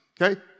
okay